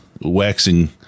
waxing